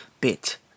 bit